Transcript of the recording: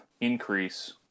increase